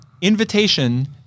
invitation